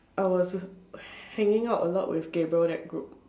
I was hanging out a lot with Gabriel that group